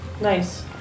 Nice